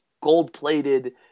gold-plated –